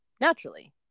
naturally